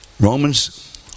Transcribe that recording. Romans